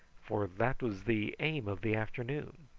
for that was the aim of the afternoon.